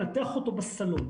לנתח אותו בסלון.